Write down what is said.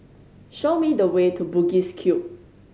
show me the way to Bugis Cube